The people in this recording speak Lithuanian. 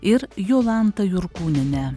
ir jolanta jurkūniene